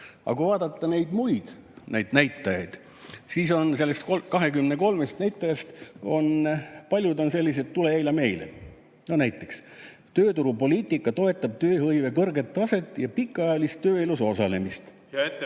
kui vaadata muid näitajaid, siis 23 näitajast on paljud sellised "tule eile meile". No näiteks, tööturupoliitika toetab tööhõive kõrget taset ja pikaajalist tööelus osalemist. Hea